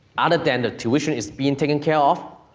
other than the tuition is being taken care of,